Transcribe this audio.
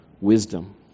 wisdom